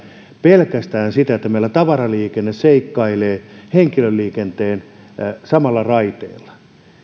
pelkästään se että meillä tavaraliikenne seikkailee henkilöliikenteen kanssa samalla raiteella